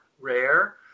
rare